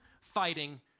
fighting